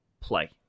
play